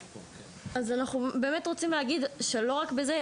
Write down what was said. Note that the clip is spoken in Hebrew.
אז אנחנו באמת רוצים להגיד שלא רק בזה,